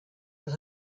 that